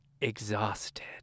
exhausted